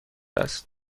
است